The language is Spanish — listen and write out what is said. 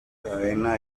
cadena